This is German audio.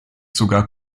sogar